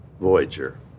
Voyager